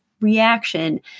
reaction